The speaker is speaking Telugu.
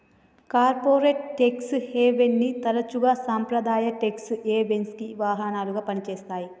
కార్పొరేట్ ట్యేక్స్ హెవెన్ని తరచుగా సాంప్రదాయ ట్యేక్స్ హెవెన్కి వాహనాలుగా పనిచేత్తాయి